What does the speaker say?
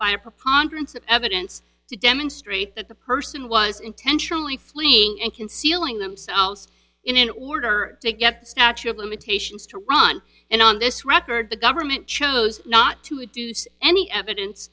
by a preponderance of evidence to demonstrate that the person was intentionally fleeing and concealing themselves in order to get the statute of limitations to run and on this record the government chose not to do so any evidence